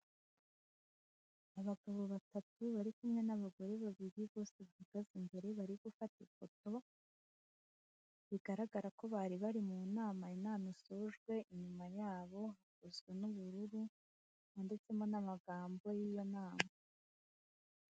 Abagabo batatu bari kumwe n'abagore babiri bose biga imbere bari gufata ifoto, bigaragara ko bari bari mu nama, inama isojwe inyuma yabo hakozwe n'ubururu wanditsemo n'amagambo y'iyo nama.